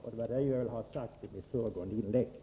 Det var det jag ville ha sagt i mitt föregående inlägg.